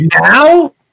now